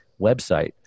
website